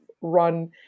run